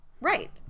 Right